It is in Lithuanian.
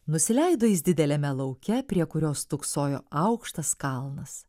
nusileido jis dideliame lauke prie kurios stūksojo aukštas kalnas